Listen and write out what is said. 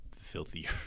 filthy